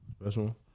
Special